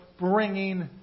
Bringing